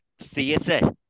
theatre